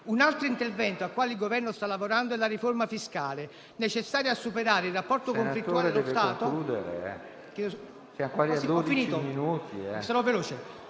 Un altro intervento al quale il Governo sta lavorando è la riforma fiscale, necessaria a superare il rapporto conflittuale con lo Stato,